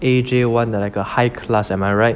A_J one 的那个 high class am I right